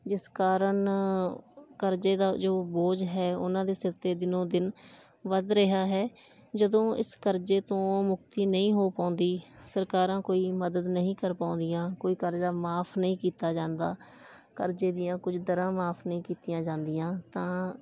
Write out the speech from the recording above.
ਜਿਸ ਕਾਰਣ ਕਰਜ਼ੇ ਦਾ ਜੋ ਬੋਝ ਹੈ ਉਹਨਾਂ ਦੇ ਸਿਰ 'ਤੇ ਦਿਨੋ ਦਿਨ ਵੱਧ ਰਿਹਾ ਹੈ ਜਦੋਂ ਇਸ ਕਰਜ਼ੇ ਤੋਂ ਮੁਕਤੀ ਨਹੀਂ ਹੋ ਪਾਉਂਦੀ ਸਰਕਾਰਾਂ ਕੋਈ ਮਦਦ ਨਹੀਂ ਕਰ ਪਾਉਂਦੀਆਂ ਕੋਈ ਕਰਜ਼ਾ ਮਾਫ ਨਹੀਂ ਕੀਤਾ ਜਾਂਦਾ ਕਰਜ਼ੇ ਦੀਆਂ ਕੁਝ ਦਰਾਂ ਮਾਫ ਨਹੀਂ ਕੀਤੀਆਂ ਜਾਂਦੀਆਂ ਤਾਂ